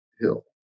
hill